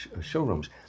showrooms